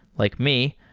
like me,